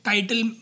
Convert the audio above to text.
Title